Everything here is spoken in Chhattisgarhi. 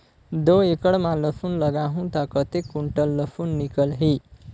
दो एकड़ मां लसुन लगाहूं ता कतेक कुंटल लसुन निकल ही?